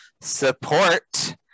support